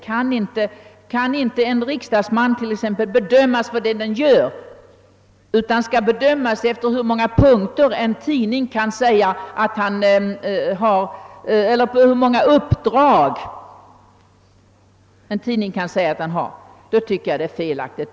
Bör inte en riksdagsman bedömas efter vad han gör? Jag tycker det är felaktigt att han skall dömas efter hur många uppdrag en tidning säger att han har.